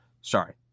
Sorry